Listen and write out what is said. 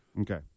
Okay